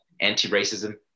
anti-racism